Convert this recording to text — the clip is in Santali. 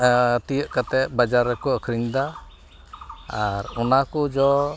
ᱛᱤᱭᱳᱜ ᱠᱟᱛᱮᱫ ᱵᱟᱡᱟᱨ ᱨᱮᱠᱚ ᱟᱹᱠᱷᱨᱤᱧ ᱮᱫᱟ ᱟᱨ ᱚᱱᱟᱠᱚ ᱡᱚ